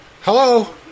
Hello